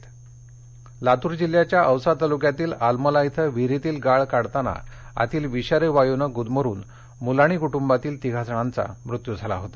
सांत्वन लातूर जिल्ह्याच्या औसा तालूक्यातील आलमला इथं विहिरीतील गाळ काढताना आतील विषारी वायूनं गूदमरून मूलाणी कूटूंबातील तिघा जणांचा मृत्यू झाला होता